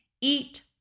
Eat